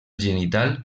genital